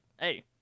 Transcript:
hey